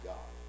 God